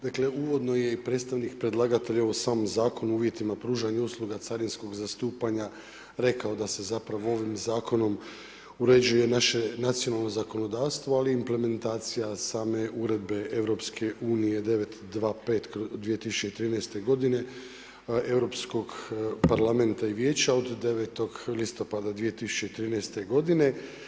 Dakle uvodno je i predstavnik predlagatelja, evo sam zakon u uvjetima pružanja usluga carinskog zastupanja rekao da se zapravo ovim zakonom uređuje naše nacionalno zakonodavstvo ali i implementacija same Uredbe EU 925/2013 godine Europskog parlamenta i Vijeća od 9. listopada 2013. godine.